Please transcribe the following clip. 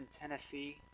Tennessee